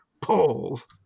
polls